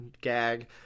gag